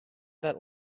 that